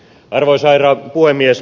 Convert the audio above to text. arvoisa herra puhemies